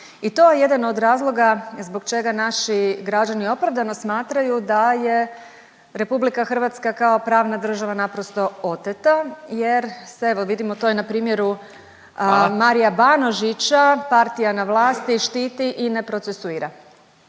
i to je jedan od razloga zbog čega naši građani opravdano smatraju da je Republika Hrvatska kao pravna država naprosto oteta, jer se evo vidimo to i na primjeru Marija Banožića, partija na vlasti štiti i ne procesuira.